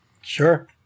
Sure